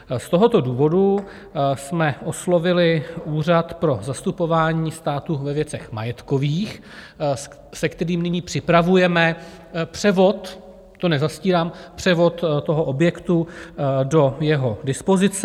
Z tohoto důvodu jsme oslovili Úřad pro zastupování státu ve věcech majetkových, se kterým nyní připravujeme převod, to nezastírám, převod toho objektu do jeho dispozice.